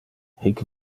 hic